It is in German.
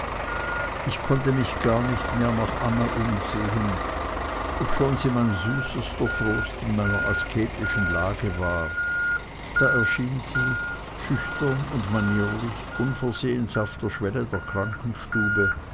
ich konnte mich gar nicht mehr nach anna umsehen obschon sie mein süßester trost in meiner asketischen lage war da erschien sie schüchtern und manierlich unversehens auf der schwelle der krankenstube